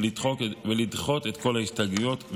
ולדחות את כל ההסתייגויות.